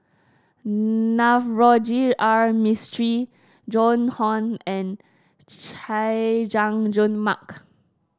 Navroji R Mistri Joan Hon and Chay Jung Jun Mark